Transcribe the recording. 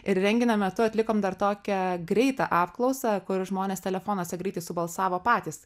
ir renginio metu atlikom dar tokią greitą apklausą kur žmonės telefonuose greitai subalsavo patys